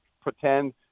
pretend